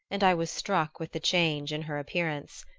and i was struck with the change in her appearance.